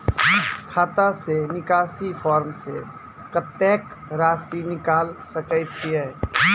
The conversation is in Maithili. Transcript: खाता से निकासी फॉर्म से कत्तेक रासि निकाल सकै छिये?